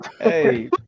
Hey